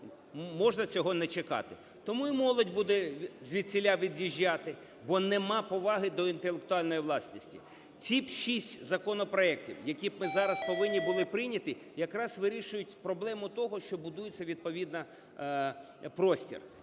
можна цього не чекати. Тому і молодь буде звідсіля від’їжджати, бо немає поваги до інтелектуальної власності. Ці 6 законопроектів, які ми зараз повинні були б прийняти, якраз вирішують проблему того, що будується відповідний простір.